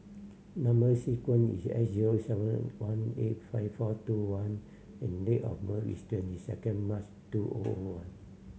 number sequence is S zero seven one eight five four two one and date of birth is twenty second March two O O one